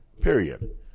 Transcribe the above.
period